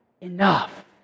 enough